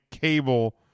cable